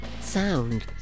sound